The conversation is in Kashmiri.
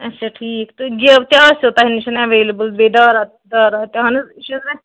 اچھا ٹھیٖک تہٕ گیٚو تہِ آسیو تۄہہِ نِش اویلیبل بیٚیہِ دارا دارا اہن حظ